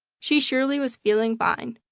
she surely was feeling fine.